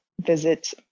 visit